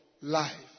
life